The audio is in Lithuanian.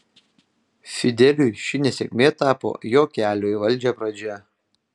fideliui ši nesėkmė tapo jo kelio į valdžią pradžia